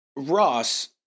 Ross